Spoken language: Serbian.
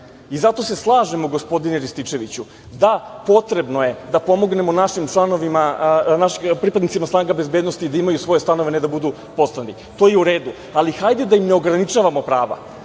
se slažemo, gospodine Rističeviću, da potrebno je da pomognemo našim pripadnicima snaga bezbednosti da imaju svoje stanove, a ne da budu podstanari. To je u redu, ali hajde da im ne ograničavamo prava.